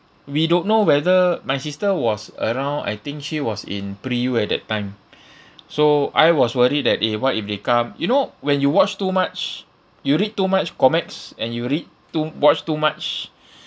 we don't know whether my sister was around I think she was in pre U at that time so I was worried that eh what if they come you know when you watch too much you read too much comics and you read too watch too much